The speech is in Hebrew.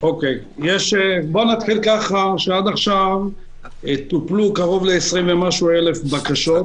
נתחיל בכך שעד עכשיו טופלו כ-20,000 בקשות.